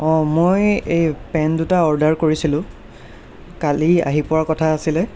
অঁ মই এই পেণ্ট দুটা অৰ্ডাৰ কৰিছিলোঁ কালি আহি পোৱাৰ কথা আছিলে